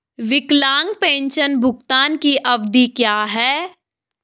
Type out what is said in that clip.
विकलांग पेंशन भुगतान की अवधि क्या है?